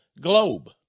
Globe